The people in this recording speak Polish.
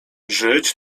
żyć